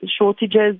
shortages